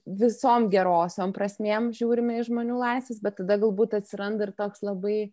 visom gerosiom prasmėm žiūrime į žmonių laisves bet tada galbūt atsiranda ir toks labai